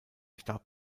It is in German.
starb